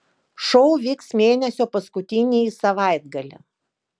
šou vyks mėnesio paskutinįjį savaitgalį